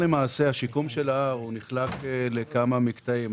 למעשה, השיקום של ההר הוא נחלק לכמה מקטעים.